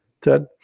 Ted